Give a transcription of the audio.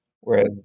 Whereas